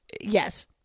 Yes